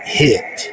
hit